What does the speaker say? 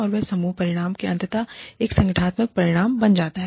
और वह एक समूह परिणाम और अंततः एक संगठनात्मक परिणाम बन जाता है